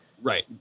Right